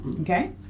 okay